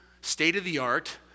state-of-the-art